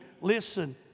listen